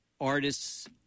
artists